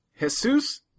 Jesus